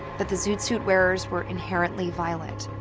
that the zoot suit wearers were inherently violent.